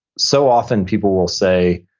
so often people will say,